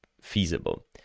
feasible